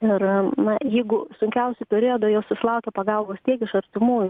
ir na jeigu sunkiausią periodą jos susilaukia pagalbos tiek iš artimųjų